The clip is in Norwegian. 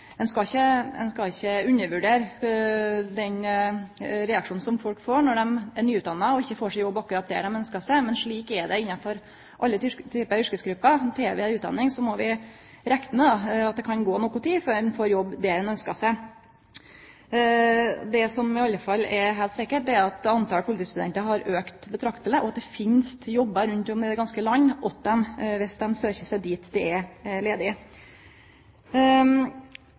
ein ikkje undervurdere den reaksjonen folk får når dei er nyutdanna og ikkje får jobb akkurat der dei ønskjer seg. Men slik er det innafor alle yrkesgrupper. Tek vi utdanning, må vi rekne med at det kan gå noka tid før vi får ein jobb der vi ønskjer. Det som iallfall er heilt sikkert, er at talet på politistudentar har auka betrakteleg, og at det finst jobbar rundt omkring i det ganske land til alle, om dei søkjer seg dit det er